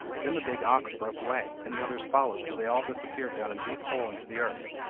then the big ox broke away, and the others followed till they all disappeared down a deep hole into the earth.